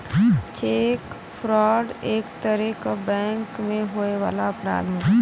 check fraud एक तरे क बैंक में होए वाला अपराध होला